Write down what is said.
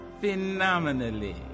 Phenomenally